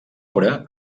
obra